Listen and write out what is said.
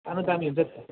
सानो दामी हुन्छ